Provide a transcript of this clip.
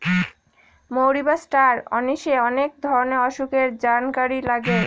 মৌরি বা star anise অনেক ধরনের অসুখের জানকারি লাগে